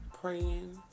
praying